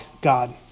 God